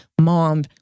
mom